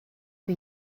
für